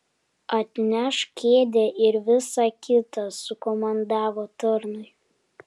atnešk kėdę ir visa kita sukomandavo tarnui